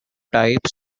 types